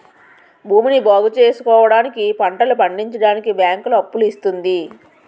భూమిని బాగుచేసుకోవడానికి, పంటలు పండించడానికి బ్యాంకులు అప్పులు ఇస్తుంది